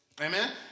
Amen